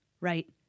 Right